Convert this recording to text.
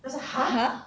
!huh!